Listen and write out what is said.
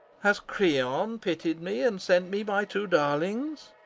has creon pitied me and sent me my two darlings?